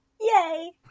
Yay